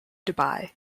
dubai